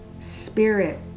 spirit